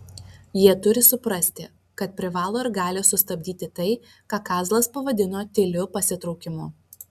jie turi suprasti kad privalo ir gali sustabdyti tai ką kazlas pavadino tyliu pasitraukimu